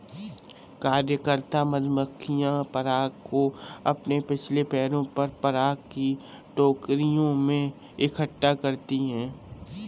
कार्यकर्ता मधुमक्खियां पराग को अपने पिछले पैरों पर पराग की टोकरियों में इकट्ठा करती हैं